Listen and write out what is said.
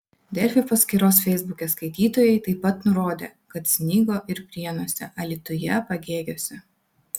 delfi paskyros feisbuke skaitytojai taip pat nurodė kad snigo ir prienuose alytuje pagėgiuose